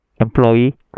employee